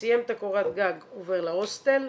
סיים את קורת הגג עובר להוסטל,